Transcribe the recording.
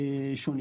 שונים.